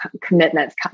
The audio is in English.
commitments